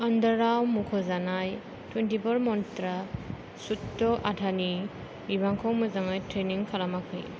आन्डाराव मुख'जानाय टुइन्टिफर मन्त्रा सत्तु आटानि बिबांखौ मोजाङै ट्रेनिं खालामाखै